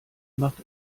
macht